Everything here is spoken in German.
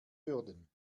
würden